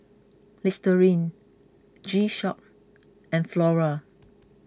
Listerine G Shock and Flora